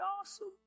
awesome